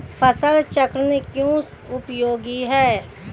फसल चक्रण क्यों उपयोगी है?